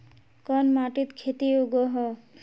कोन माटित खेती उगोहो?